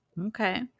Okay